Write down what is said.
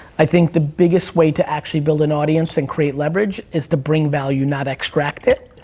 i think the biggest way to actually build an audience and create leverage is to bring value, not extract it.